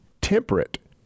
temperate